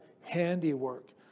handiwork